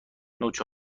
نوچه